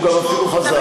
הוא אפילו חזר.